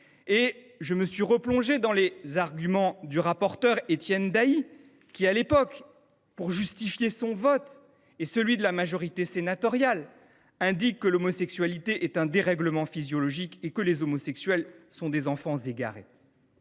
Je me suis replongé dans les arguments du rapporteur Étienne Dailly qui, pour justifier son vote et celui de la majorité sénatoriale, exposait que l’homosexualité était un dérèglement physiologique et que les homosexuels étaient des enfants égarés.